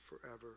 forever